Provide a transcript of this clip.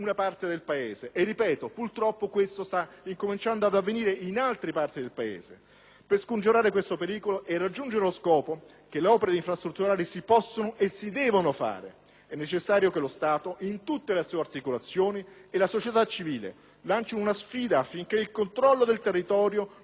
Per scongiurare questo pericolo e raggiungere lo scopo che le opere infrastrutturali si possano e si debbano fare è necessario che lo Stato, in tutte le sue articolazioni, e la società civile lancino una sfida, perché il controllo del territorio non può, non deve e non sarà in mano né agli speculatori né agli individui della malavita organizzata.